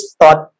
thought